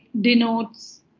denotes